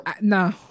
No